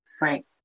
Right